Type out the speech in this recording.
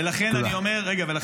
ולכן אני אומר,